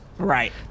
Right